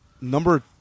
Number